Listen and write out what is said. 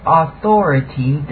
authority